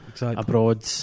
abroad